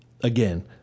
Again